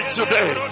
today